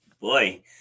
boy